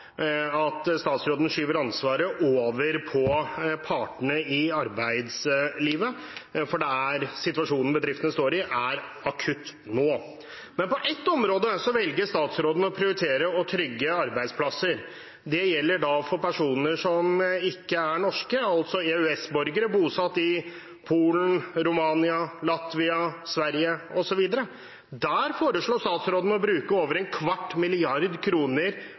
at statsråden skyver ansvaret over på partene i arbeidslivet, for situasjonen bedriftene står i, er akutt nå. Men på ett område velger statsråden å prioritere og trygge arbeidsplasser. Det gjelder for personer som ikke er norske, altså EØS-borgere bosatt i Polen, Romania, Latvia, Sverige osv. Der foreslår statsråden å bruke over en kvart milliard kroner